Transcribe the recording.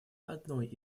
одной